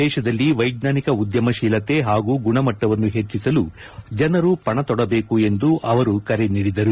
ದೇಶದಲ್ಲಿ ವೈಜ್ಞಾನಿಕ ಉದ್ಯಮತೀಲತೆ ಹಾಗೂ ಗುಣಮಟ್ಟವನ್ನು ಹೆಚ್ಚಿಸಲು ಜನರು ಪಣತೊಡಬೇಕು ಎಂದು ಅವರು ಕರೆ ನೀಡಿದರು